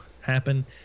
happen